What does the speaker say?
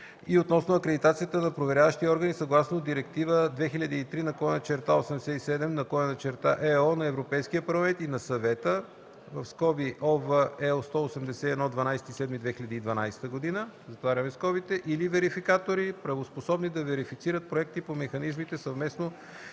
относно акредитацията на проверяващи органи съгласно Директива 2003/87/ЕО на Европейския парламент и на Съвета (ОВ, L 181, 12.7.2012 г.) или верификатори, правоспособни да верифицират проекти по механизмите съвместно